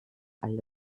alle